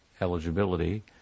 eligibility